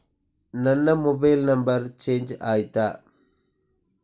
ನನ್ನ mobile number change ಆಯ್ತಾ?